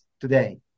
today